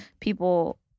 people